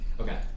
okay